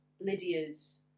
Lydia's